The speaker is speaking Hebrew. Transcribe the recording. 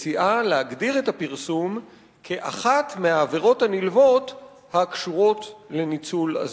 מציעה להגדיר את הפרסום כאחת מהעבירות הנלוות הקשורות לניצול הזנות.